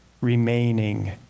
remaining